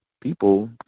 people